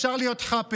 אפשר להיות חאפרים.